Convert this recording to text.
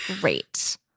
great